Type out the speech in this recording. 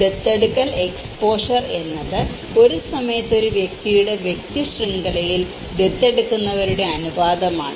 ദത്തെടുക്കൽ exposure എന്നത് ഒരു സമയത്ത് ഒരു വ്യക്തിയുടെ വ്യക്തി ശൃംഖലയിൽ ദത്തെടുക്കുന്നവരുടെ അനുപാതമാണ്